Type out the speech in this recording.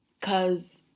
Cause